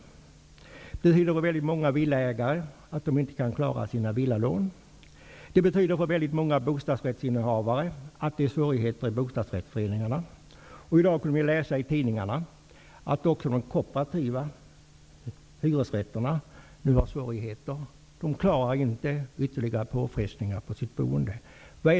Det betyder för väldigt många villaägare att de inte kan klara sina villalån. Det betyder för väldigt många bostadsrättsinnehavare att det blir svårigheter i bostadsrättsföreningarna. De klarar inte ytterligare påfrestningar på boendet.